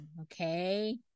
okay